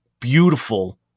beautiful